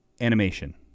animation